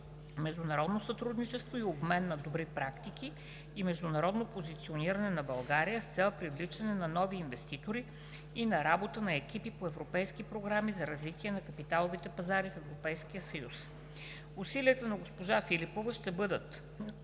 Международно сътрудничество и обмен на добри практики и международно позициониране на България с цел привличане на нови инвеститори и на работа на екипи по европейски програми за развитие на капиталовите пазари в ЕС. Усилията на госпожа Филипова ще бъдат